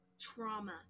trauma